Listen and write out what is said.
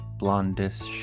blondish